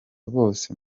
bose